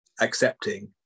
accepting